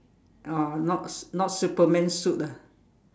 oh not not Superman suit ah